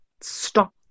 stop